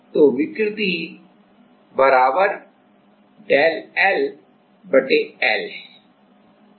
तो विकृति εΔ LL